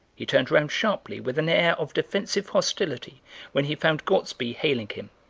he turned round sharply with an air of defensive hostility when he found gortsby hailing him.